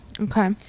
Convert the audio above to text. okay